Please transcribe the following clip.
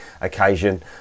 occasion